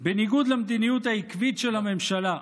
בניגוד למדיניות העקבית של הממשלה,